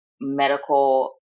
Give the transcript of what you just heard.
medical